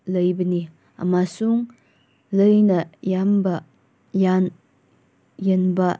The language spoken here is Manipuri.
ꯂꯩꯕꯅꯤ ꯑꯃꯁꯨꯡ ꯂꯥꯏꯅꯥ ꯌꯥꯝꯕ ꯌꯦꯡꯕ